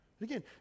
Again